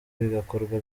bigakorwa